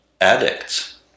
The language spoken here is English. addicts